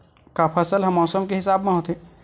का फसल ह मौसम के हिसाब म होथे?